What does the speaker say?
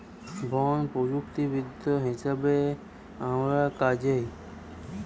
বন প্রযুক্তিবিদ হিসাবে আমার কাজ হ